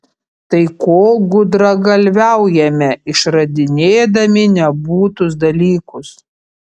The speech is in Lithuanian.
tai ko gudragalviaujame išradinėdami nebūtus dalykus